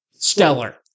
Stellar